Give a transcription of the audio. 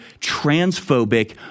transphobic